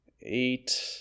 eight